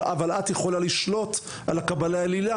אבל את יכולה לשלוט על הקבלה להילה.